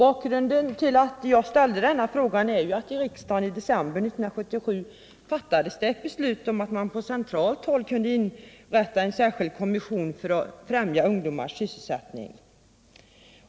Anledningen till att jag ställde den här frågan är att riksdagen i december 1977 fattade ett beslut om att man på centralt håll kunde inrätta en särskild kommission för att främja ungdomars sysselsättning.